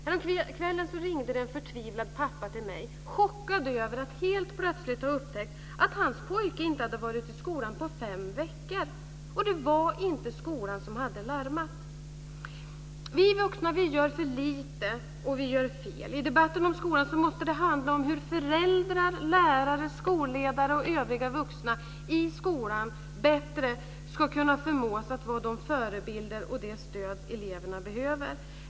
Häromkvällen ringde en förtvivlad pappa till mig, chockad över att helt plötsligt ha upptäckt att hans pojke inte hade varit i skolan på fem veckor. Det var inte skolan som hade larmat. Vi vuxna gör för lite, och vi gör fel. I debatten om skolan måste det handla om hur föräldrar, lärare, skolledare och övriga vuxna i skolan bättre ska kunna förmås att vara de förebilder och det stöd eleverna behöver.